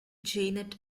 janet